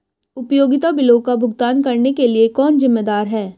उपयोगिता बिलों का भुगतान करने के लिए कौन जिम्मेदार है?